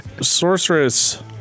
Sorceress